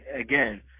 again